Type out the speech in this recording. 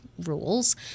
rules